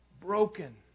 broken